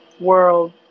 World